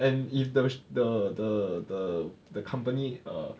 and if the the the the the company err